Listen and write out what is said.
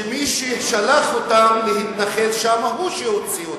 שמי ששלח אותם להתנחל שם הוא שהוציא אותם.